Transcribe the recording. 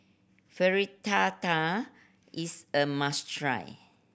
fritada is a must try